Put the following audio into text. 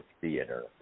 theater